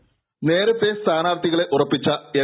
ദ്ദേ നേരത്തെ സ്ഥാനാർത്ഥികളെ ഉറപ്പിച്ച എൽ